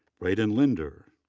braiden linder,